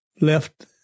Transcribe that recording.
left